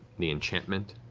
the enchantment